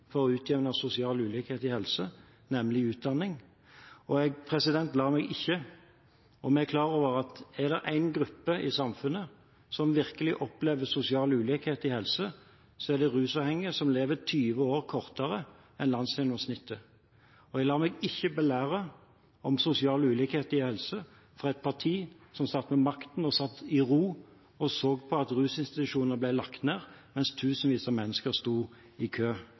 for å utjevne sosial ulikhet i helse, nemlig utdanning. Vi er klar over at er det en gruppe i samfunnet som virkelig opplever sosial ulikhet i helse, er det rusavhengige, som lever 20 år kortere enn landsgjennomsnittet. Jeg lar meg ikke belære om sosial ulikhet i helse av et parti som satt ved makten og satt i ro og så på at rusinstitusjoner ble lagt ned mens tusenvis av mennesker sto i kø.